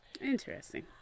Interesting